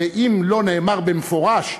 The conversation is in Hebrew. ואם לא נאמר במפורש,